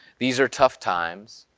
these are tough times,